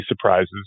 surprises